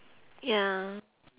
ya